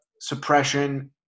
suppression